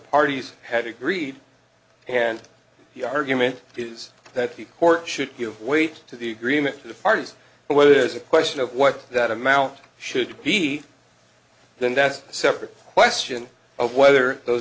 parties had agreed and the argument is that the court should give weight to the agreement to the parties but it is a question of what that amount should be then that's a separate question of whether those